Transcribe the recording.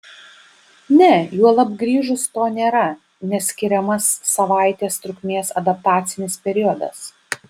ne juolab grįžus to nėra nes skiriamas savaitės trukmės adaptacinis periodas